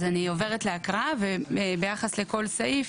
אני עוברת להקראה וביחס לכל סעיף